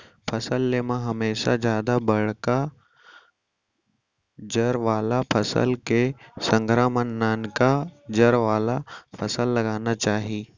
फसल ले म हमेसा जादा बड़का जर वाला फसल के संघरा म ननका जर वाला फसल लगाना चाही